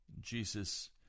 Jesus